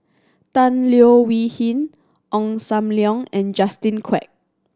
Tan Leo Wee Hin Ong Sam Leong and Justin Quek